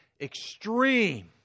extreme